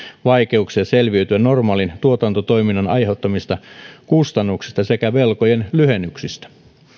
vaikeuksia selviytyä normaalin tuotantotoiminnan aiheuttamista kustannuksista sekä velkojen lyhennyksistä